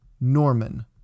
Norman